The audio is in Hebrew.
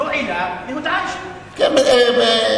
זו עילה להודעה אישית.